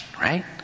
right